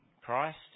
Christ